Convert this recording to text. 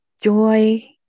Joy